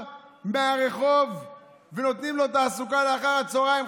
מהרחוב ונותנים לו תעסוקה אחר הצוהריים.